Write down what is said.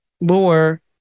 more